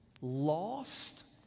lost